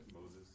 Moses